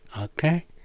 okay